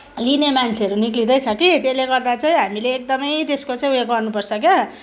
लिने मान्छेहरू निक्लिँदै छ कि त्यसले गर्दा चाहिँ हामीले एकदमै त्यसको चाहिँ उयो गर्नुपर्छ क्या